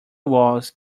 walls